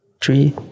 three